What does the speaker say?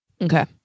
Okay